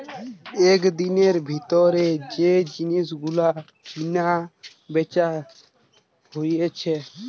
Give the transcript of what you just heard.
একদিনের ভিতর যে জিনিস গুলো কিনা বেচা হইছে